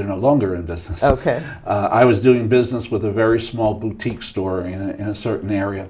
they're no longer in the i was doing business with a very small boutique store in a certain area